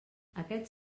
aquests